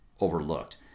overlooked